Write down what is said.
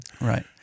Right